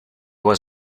was